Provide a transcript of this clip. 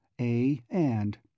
A-and